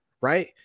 Right